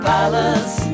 Palace